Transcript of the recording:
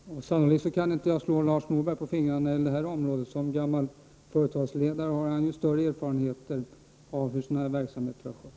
Herr talman! Sannolikt kan jag inte slå Lars Norberg på fingrarna när det gäller detta område. Som gammal företagsledare har han ju större erfarenhet än jag av hur sådana verksamheter har skötts.